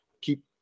keep